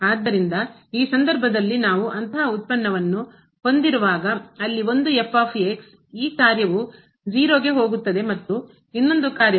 ಆದ್ದರಿಂದ ಈ ಸಂದರ್ಭದಲ್ಲಿ ನಾವು ಅಂತಹ ಉತ್ಪನ್ನವನ್ನು ಹೊಂದಿರುವಾಗ ಅಲ್ಲಿ ಒಂದು ಈ ಕಾರ್ಯವು 0 ಕ್ಕೆ ಹೋಗುತ್ತದೆ ಮತ್ತು ಇನ್ನೊಂದು ಕಾರ್ಯವು